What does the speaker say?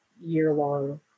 year-long